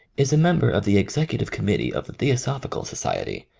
is a member of the executive committee of the theosophical society,